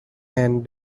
and